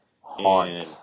Haunt